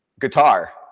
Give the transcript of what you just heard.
Guitar